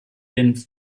den